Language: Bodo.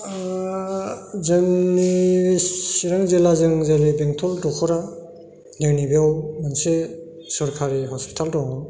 जोंनि चिरां जिल्लाजों जोंनि बेंथल दख'रा जोंनि बेयाव मोनसे सोरखारि हस्पिटाल दं